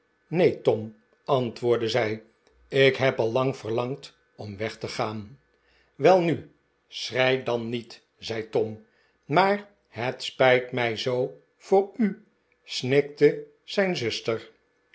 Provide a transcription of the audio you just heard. neen tom antwoordde zij ik heb al lang verlangd om weg te gaan welnu schrei dan niet zei tom maar het spijt mij zoo voor u snikte zijn zuster